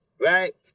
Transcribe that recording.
right